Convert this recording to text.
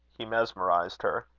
he mesmerized her.